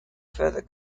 further